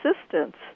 assistance